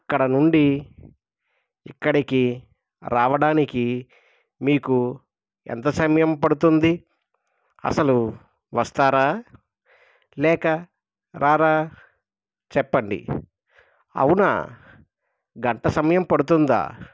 అక్కడ నుండి ఇక్కడికి రావడానికి మీకు ఎంత సమయం పడుతుంది అసలు వస్తారా లేక రారా చెప్పండి అవునా గంట సమయం పడుతుందా